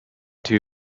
two